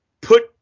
put